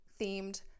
themed